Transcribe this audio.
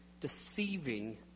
deceiving